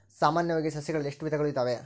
ಸಾಮಾನ್ಯವಾಗಿ ಸಸಿಗಳಲ್ಲಿ ಎಷ್ಟು ವಿಧಗಳು ಇದಾವೆ?